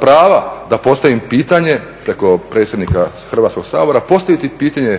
prava, da postavim pitanje preko predsjednika Hrvatskog sabora postaviti pitanje